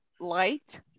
Light